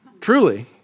Truly